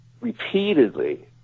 repeatedly